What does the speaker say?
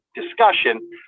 discussion